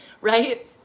right